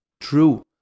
true